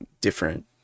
different